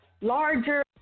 larger